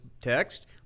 text